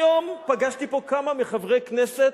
היום פגשתי פה כמה מחברי הכנסת,